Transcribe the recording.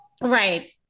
Right